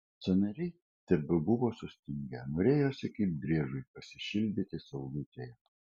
sąnariai tebebuvo sustingę norėjosi kaip driežui pasišildyti saulutėje